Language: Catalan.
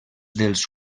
dels